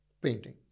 painting